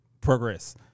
progress